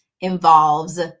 involves